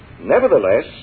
Nevertheless